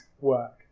work